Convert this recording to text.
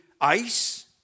ice